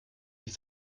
die